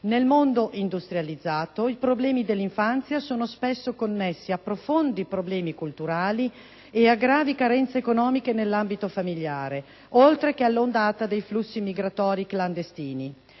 Nel mondo industrializzato i problemi dell'infanzia sono spesso connessi a profondi problemi culturali e a gravi carenze economiche nell'ambito familiare oltre che all'ondata dei flussi migratori clandestini.